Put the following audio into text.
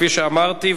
כפי שאמרתי,